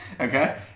Okay